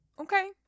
Okay